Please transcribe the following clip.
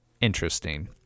interesting